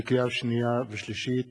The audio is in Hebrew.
לקריאה שנייה ולקריאה